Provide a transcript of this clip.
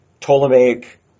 Ptolemaic